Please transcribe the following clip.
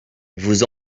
vous